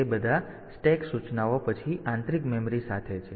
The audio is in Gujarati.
તેથી તે બધા સ્ટેક સૂચનાઓ પછી આંતરિક મેમરી સાથે છે